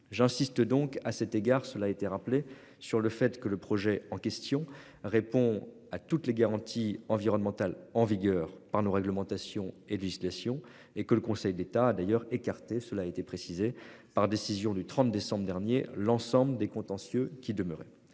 j'insiste donc à cet égard cela été rappelé sur le fait que le projet en question répond à toutes les garanties environnementales en vigueur par nos réglementations et législations et que le Conseil d'État d'ailleurs écarté. Cela a été précisé par décision du 30 décembre dernier, l'ensemble des contentieux qui.